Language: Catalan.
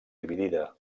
dividida